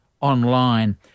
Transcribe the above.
online